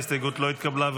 ההסתייגות לא התקבלה.